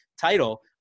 title